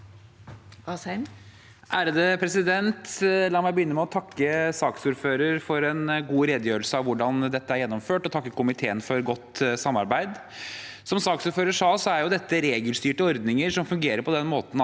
(H) La meg begynne med å takke saksordføreren for en god redegjørelse av hvordan dette er gjennomført, og å takke komiteen for godt samarbeid. Som saksordføreren sa, er dette regelstyrte ordninger som fungerer på den måten